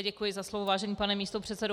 Děkuji za slovo, vážený pane místopředsedo.